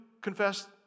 confessed